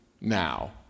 now